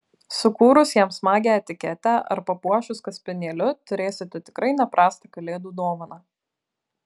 sukūrus jam smagią etiketę ar papuošus kaspinėliu turėsite tikrai ne prastą kalėdų dovaną